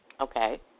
Okay